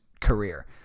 career